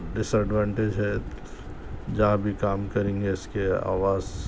ڈس advantage ہے جہاں بھی کام کریں گے اس کے آواز